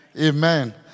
Amen